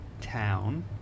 town